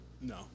no